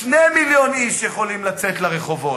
2 מיליון איש יכולים לצאת לרחובות,